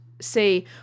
say